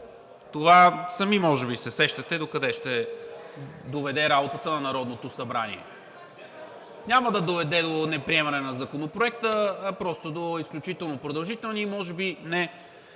това сами може би се сещате докъде ще доведе работата на Народното събрание. Няма да доведе до неприемане на Законопроекта, а просто до изключително продължителни и може би